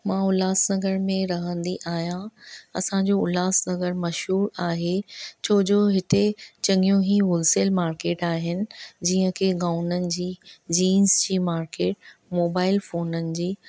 मां उल्हासनगर में रहंदी आहियां असां जो उल्हासनगर मशहूर आहे छो जो हिते चङियूं ही होलसेल मार्केट आहिनि जीअं कि गाऊननि जी जींस जी मार्केट मोबाइल फ़ोननि जी